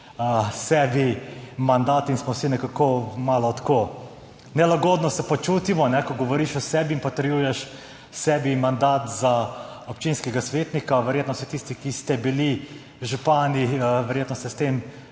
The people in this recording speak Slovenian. sebi mandat in smo vsi nekako malo tako, nelagodno se počutimo, ko govoriš o sebi in potrjuješ sebi mandat za občinskega svetnika. Verjetno se vsi tisti, ki ste bili župani, strinjate s tem,